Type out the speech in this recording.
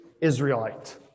Israelite